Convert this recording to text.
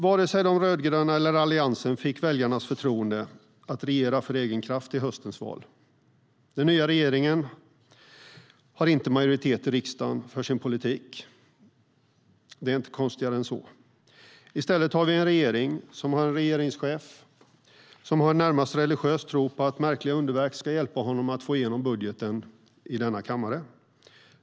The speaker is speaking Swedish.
Varken de rödgröna eller Alliansen fick i höstens val väljarnas förtroende att regera för egen kraft. Den nya regeringen har inte majoritet i riksdagen för sin politik. Konstigare än så är det inte. I stället har vi en regering med en regeringschef som har en närmast religiös tro på att märkliga underverk ska hjälpa honom att få igenom budgeten i denna kammare.